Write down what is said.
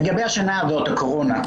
לגבי השנה הזאת, לגבי הקורונה,